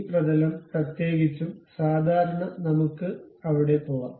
ഈ പ്രതലം പ്രത്യേകിച്ചും സാധാരണ നമുക്ക് അവിടെ പോകാം